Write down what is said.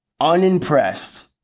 unimpressed